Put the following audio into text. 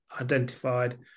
identified